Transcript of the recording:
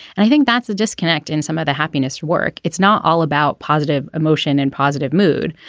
and i think that's a disconnect in some other happiness work. it's not all about positive emotion and positive mood.